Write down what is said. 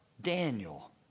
Daniel